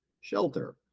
shelter